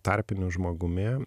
tarpiniu žmogumi